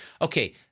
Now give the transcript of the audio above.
Okay